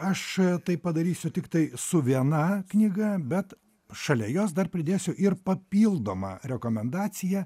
aš tai padarysiu tiktai su viena knyga bet šalia jos dar pridėsiu ir papildomą rekomendaciją